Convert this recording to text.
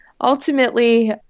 ultimately